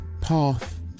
path